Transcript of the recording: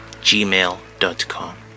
gmail.com